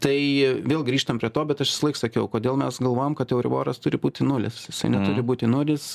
tai vėl grįžtam prie to bet aš visąlaik sakiau kodėl mes galvojam kad euriboras turi būti nulis jisai neturi būti nulis